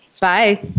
Bye